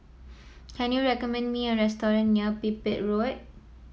can you recommend me a restaurant near Pipit Road